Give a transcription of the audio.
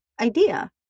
idea